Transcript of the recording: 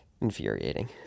Infuriating